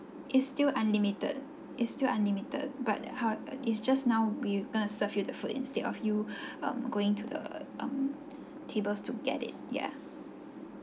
it's still unlimited it's still unlimited but howe~ it's just now we going to serve you the food instead of you um going to the um tables to get it yeah